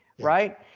right